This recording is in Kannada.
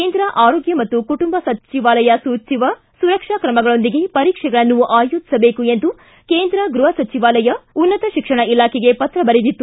ಕೇಂದ್ರ ಆರೋಗ್ಯ ಮತ್ತು ಕುಟುಂಬ ಸಚಿವಾಲಯ ಸೂಚಿಸುವ ಸುರಕ್ಷಾ ಕ್ರಮಗಳೊಂದಿಗೆ ಪರೀಕ್ಷೆಗಳನ್ನು ಆಯೋಜಿಸಬೇಕು ಎಂದು ಗೃಹ ಸಚಿವಾಲಯ ಉನ್ನತ ಶಿಕ್ಷಣ ಇಲಾಖೆಗೆ ಪತ್ರ ಬರೆದಿತ್ತು